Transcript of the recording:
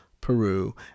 Peru